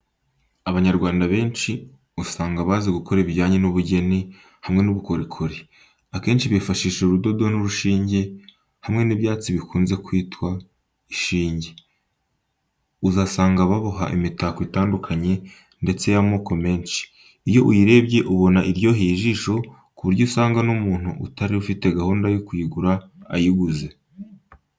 Abanyarwanda benshi usanga bazi gukora ibijyanye n'ubugeni hamwe n'ubukorikori. Akenshi bifashisha urudodo n'urushinge, hamwe n'ibyatsi bikunze kwitwa ishinge. Uzasanga baboha imitako itandukanye ndetse y'amoko menshi. Iyo uyirebye ubona iryoheye ijisho ku buryo usanga n'umuntu utari ufite gahunda yo kuyigura ayiguze.